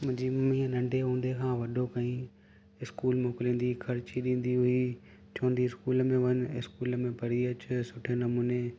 मुंहिंजी मम्मी नंढे हूंदे खां वॾो कयईं स्कूल मोकिलींदी खर्ची ॾींदी हुई चवंदी स्कूल में वञु ऐं स्कूल में पढ़ी अचु सुठे नमूने